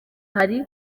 hari